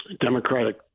Democratic